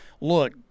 look